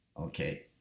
Okay